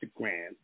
Instagram